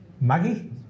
Maggie